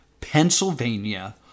Pennsylvania